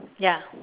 ya